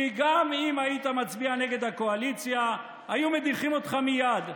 כי גם אם היית מצביע נגד הקואליציה היו מדיחים אותך מייד,